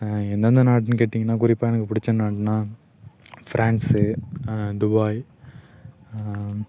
எந்தெந்த நாடுனு கேட்டிங்கனால் குறிப்பாக எனக்கு பிடிச்ச நாடுனால் ஃப்ரான்சு துபாய்